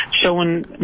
showing